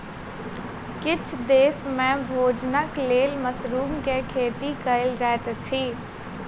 किछ देस में भोजनक लेल मशरुम के खेती कयल जाइत अछि